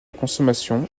consommation